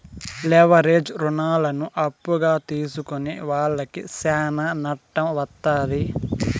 leverage రుణాలను అప్పుగా తీసుకునే వాళ్లకి శ్యానా నట్టం వత్తాది